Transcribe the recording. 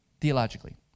theologically